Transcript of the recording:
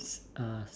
uh